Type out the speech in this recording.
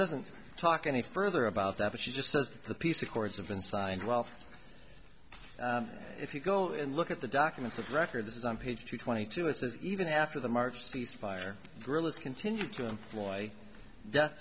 doesn't talk any further about that but she just says the peace accords have been signed well if you go and look at the documents of record this is on page twenty two it says even after the march cease fire guerillas continue to employ death